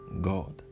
God